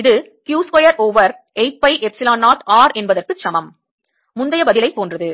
இது Q square over 8 pi epsilon 0 R என்பதற்கு சமம் முந்தைய பதிலைப் போன்றது